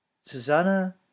Susanna